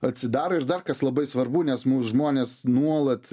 atsidaro ir dar kas labai svarbu nes mus žmonės nuolat